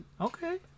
Okay